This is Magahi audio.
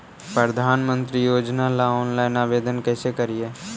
प्रधानमंत्री योजना ला ऑनलाइन आवेदन कैसे करे?